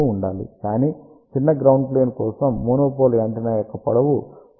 ఉండాలి కానీ చిన్న గ్రౌండ్ ప్లేన్ కోసం మోనోపోల్ యాంటెన్నా యొక్క పొడవు 0